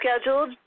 scheduled